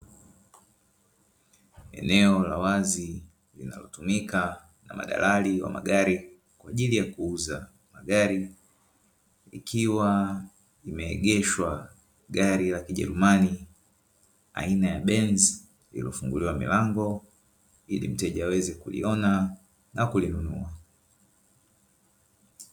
Eneo la wazi linalotumika na madalali wa magari kwa ajili ya kuuza magari, ikiwa imeegeshwa gari la kijerumani aina ya benzi lililofunguliwa milango ili mteja aweze kuliona na kulinunua.